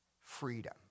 Freedom